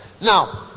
Now